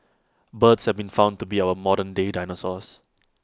birds have been found to be our modernday dinosaurs